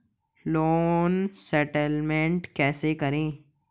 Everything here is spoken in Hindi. लोन सेटलमेंट कैसे करें?